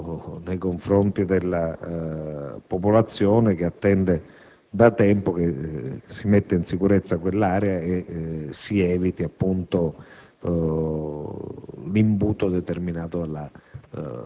presa in giro nei confronti della popolazione, che attende da tempo che si metta in sicurezza quell'area e si eviti l'imbuto